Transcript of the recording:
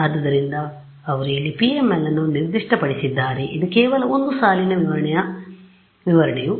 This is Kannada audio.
ಆದ್ದರಿಂದ ಅವರು ಇಲ್ಲಿ PML ಅನ್ನು ನಿರ್ದಿಷ್ಟಪಡಿಸಿದ್ದಾರೆ ಇದು ಕೇವಲ ಒಂದು ಸಾಲಿನ ವಿವರಣೆಯು ದಪ್ಪ 1 ರ PML ಅನ್ನು ಹೊಂದಿಸುತ್ತದೆ